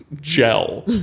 gel